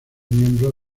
miembro